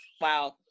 Wow